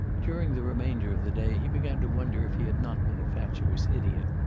during the remainder of the day he began to wonder if he had not been a fatuous idiot.